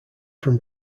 from